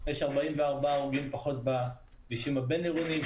יש 44 הרוגים פחות בכבישים הבין-עירוניים,